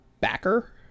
backer